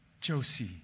Josie